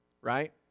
right